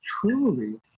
truly